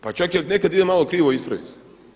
Pa čak i ako nekad ide malo krivo ispravi se.